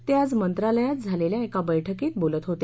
ते आज मंत्रालयात झालेल्या एका बव्हक्रीत बोलत होते